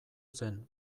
zen